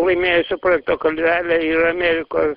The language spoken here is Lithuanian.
laimėjusio projekto kalvelė ir amerikos